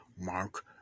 Mark